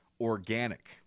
organic